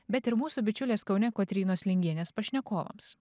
bet ir mūsų bičiulės kaune kotrynos lingienės pašnekovams